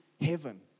heaven